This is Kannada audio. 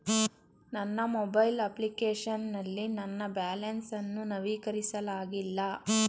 ನನ್ನ ಮೊಬೈಲ್ ಅಪ್ಲಿಕೇಶನ್ ನಲ್ಲಿ ನನ್ನ ಬ್ಯಾಲೆನ್ಸ್ ಅನ್ನು ನವೀಕರಿಸಲಾಗಿಲ್ಲ